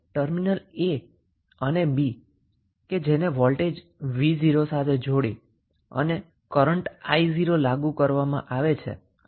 તો terminal a અને b પર વોલ્ટેજ v0 લાગુ કરવામાં આવે છે જે કરન્ટ i0 લાગુ કરે છે